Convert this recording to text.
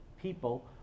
people